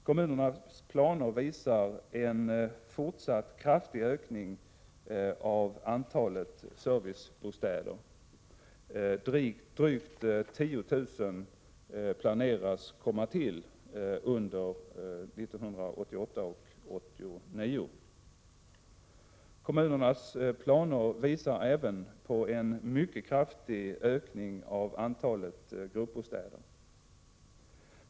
Kommunernas planer visar en fortsatt kraftig ökning av antalet servicebostäder, drygt 10 000 planeras komma till under åren 1988 och 1989. Kommunernas planer visar även på en mycket kraftig ökning av antalet gruppbostäder.